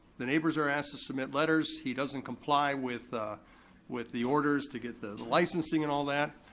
the neighbors are asked to submit letters, he doesn't comply with ah with the orders to get the licensing and all that.